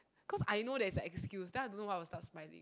cause I know there's a excuse then I don't know why I will start smiling